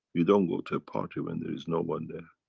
you don't go to a party when there is no one there.